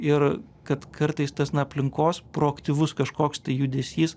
ir kad kartais tas na aplinkos proaktyvus kažkoks tai judesys